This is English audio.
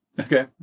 Okay